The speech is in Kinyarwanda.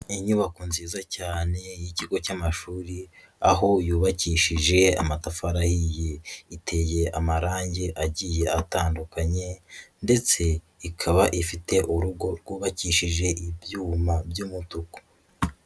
Inyubako nziza cyane y'ikigo cy'amashuri aho yubakishije amatafari ahiye, iteye amarangi agiye atandukanye ndetse ikaba ifite urugo rwubakishije ibyuma by'umutuku.